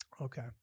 Okay